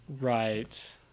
Right